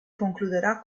concluderà